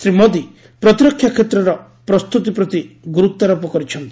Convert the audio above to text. ଶ୍ରୀ ମୋଦି ପ୍ରତିରକ୍ଷା କ୍ଷେତ୍ରର ପ୍ରସ୍ତୁତି ପ୍ରତି ଗୁରୁତ୍ୱାରୋପ କରିଛନ୍ତି